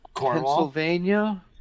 Pennsylvania